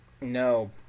No